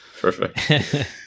Perfect